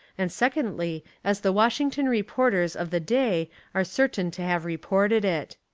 and secondly as the washington reporters of the day are certain to have reported it.